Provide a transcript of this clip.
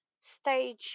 stage